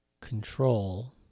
control